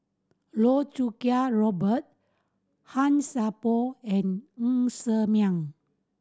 Loh Choo Kiat Robert Han Sai Por and Ng Ser Miang